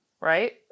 Right